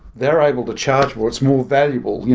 they're able to charge where it's more valuable, yeah